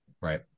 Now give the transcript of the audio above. Right